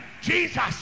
Jesus